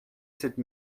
cette